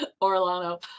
Orlando